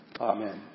Amen